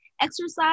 exercise